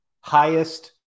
highest